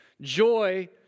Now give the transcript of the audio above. Joy